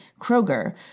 Kroger